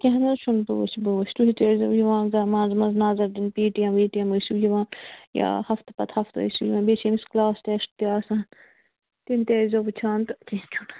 کیٚنٛہہ نَہ حظ چھُنہٕ بہٕ وٕچھٕ بہٕ وٕچھٕ تُلِو تُہۍ ٲسزیو یِوان زاہ منٛز منٛزٕ نظر دِنہِ پی ٹی ین ویی ٹی ین ٲسِو یِوان یا ہفتہٕ پت ہفتہٕ ٲسِو یِوان بیٚیہِ چھِ أمِس کٕلاس ٹٮ۪سٹ تہِ آسان تِم تہِ ٲزیو وٕچھان تہٕ کیٚنٛہہ چھُنہٕ